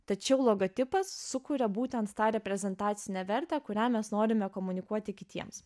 tačiau logotipas sukuria būtent tą reprezentacinę vertę kurią mes norime komunikuoti kitiems